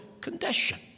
condition